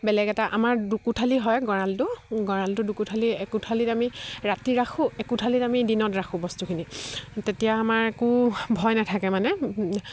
বেলেগ এটা আমাৰ দুকোঠালি হয় গঁৰালটো গঁৰালটো দুকোঠালি একোঠালিত আমি ৰাতি ৰাখোঁ একোঠালিত আমি দিনত ৰাখোঁ বস্তুখিনি তেতিয়া আমাৰ একো ভয় নাথাকে মানে